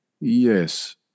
Yes